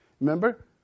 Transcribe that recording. Remember